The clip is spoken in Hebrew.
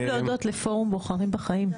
לימור סון הר מלך (עוצמה יהודית): גם להודות לפורום "בוחרים בחיים",